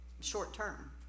short-term